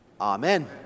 Amen